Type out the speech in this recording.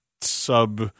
sub